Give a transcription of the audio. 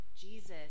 Jesus